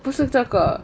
不是这个